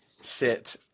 sit